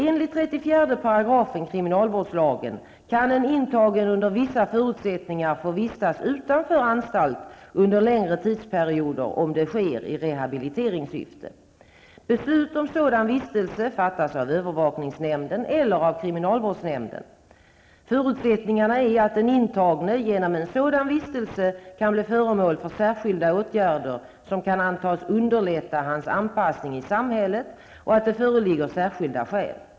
Enligt 34 § kriminalvårdslagen kan en intagen under vissa förutsättningar få vistas utanför anstalt under längre tidsperioder om det sker i rehabiliteringssyfte. Beslut om sådan vistelse fattas av övervakningsnämnden eller av kriminalvårdsnämnden. Förutsättningarna är att den intagne genom en sådan vistelse kan bli föremål för särskilda åtgärder som kan antas underlätta hans anpassning i samhället och att det föreligger särskilda skäl.